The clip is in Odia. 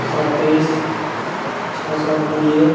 ସତେଇଶ ଛଅଶହ କୋଡ଼ିଏ